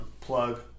plug